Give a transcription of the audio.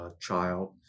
child